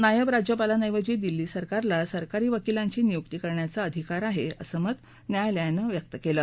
नायब राज्यपालांऐवजी दिल्ली सरकारला सरकारी वकीलांची नियुक्ती करण्याचा अधिकार आहे असं मत न्यायालयानं व्यक्त केलं